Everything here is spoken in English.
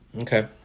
Okay